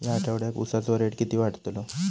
या आठवड्याक उसाचो रेट किती वाढतलो?